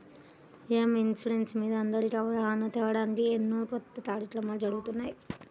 home insurance మీద అందరికీ అవగాహన తేవడానికి ఎన్నో కొత్త కార్యక్రమాలు జరుగుతున్నాయి